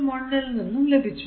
1ൽ നിന്നും ലഭിച്ചു